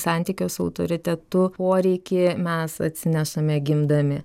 santykio su autoritetu poreikį mes atsinešame gimdami